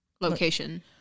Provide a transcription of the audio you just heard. location